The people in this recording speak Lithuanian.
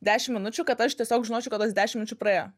dešimt minučių kad aš tiesiog žinočiau kad tas dešimtmečių praėjo